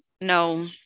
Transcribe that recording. no